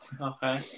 Okay